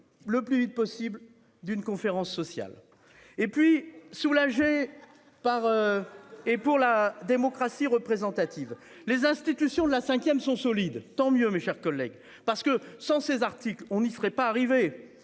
le plus vite possible d'une conférence sociale et puis soulagé. Par. Et pour la démocratie représentative. Les institutions de la Ve sont solides. Tant mieux. Mes chers collègues parce que sans ces articles on y serait pas arrivé.